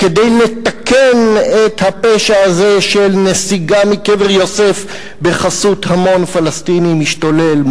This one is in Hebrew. כדי לתקן את הפשע הזה של נסיגה מקבר יוסף בחסות המון פלסטיני משתולל,